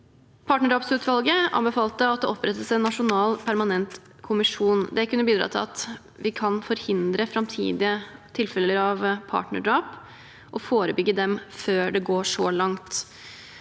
Partnerdrapsutvalget anbefalte at det opprettes en nasjonal permanent kommisjon. Det kunne bidra til at vi kan forhindre framtidige tilfeller av partnerdrap og forebygge dem før det går så langt.